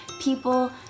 people